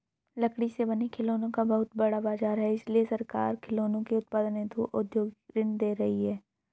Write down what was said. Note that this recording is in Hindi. लकड़ी से बने खिलौनों का बहुत बड़ा बाजार है इसलिए सरकार खिलौनों के उत्पादन हेतु औद्योगिक ऋण दे रही है